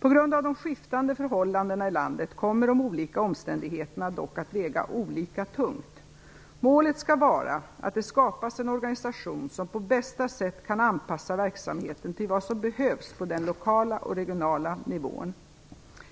På grund av de skiftande förhållandena i landet kommer de olika omständigheterna dock att väga olika tungt. Målet skall vara att det skapas en organisation som på bästa sätt kan anpassa verksamheten till vad som behövs på den lokala och regionala nivån.